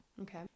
okay